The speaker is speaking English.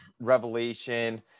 Revelation